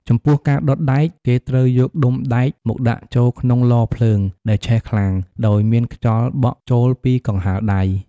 ចំពោះ ការដុតដែក គេត្រូវយកដុំដែកមកដាក់ចូលក្នុងឡភ្លើងដែលឆេះខ្លាំងដោយមានខ្យល់បក់ចូលពីកង្ហារដៃ។